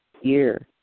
year